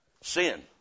sin